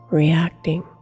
reacting